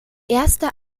erster